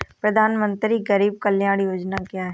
प्रधानमंत्री गरीब कल्याण योजना क्या है?